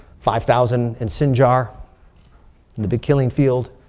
five thousand in sinjar in the big killing field.